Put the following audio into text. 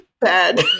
bad